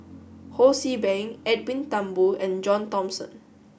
Ho See Beng Edwin Thumboo and John Thomson